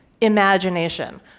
imagination